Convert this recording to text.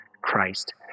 Christ